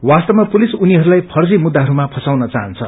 वास्तवमा पुलिस उनीहरूलाई फर्जी मुखाहरूमा फसाउन चाहन्छ